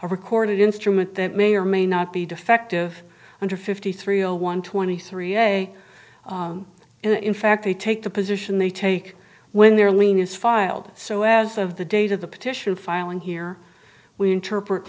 a recorded instrument that may or may not be defective under fifty three a one twenty three a day in fact they take the position they take when their lien is filed so as of the date of the petition filing here we interpret